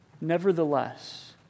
Nevertheless